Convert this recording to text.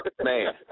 Man